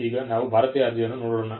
ಈಗ ನಾವು ಭಾರತೀಯ ಅರ್ಜಿಯನ್ನು ನೋಡೋಣ